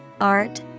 art